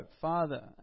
father